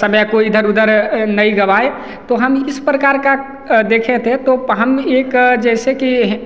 समय को इधर उधर नहीं गवाएँ तो हम इस प्रकार का देखे थे तो प हम एक जैसे कि ह